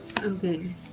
Okay